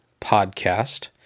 Podcast